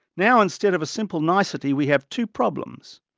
now instead of a simple nicety we have two problems.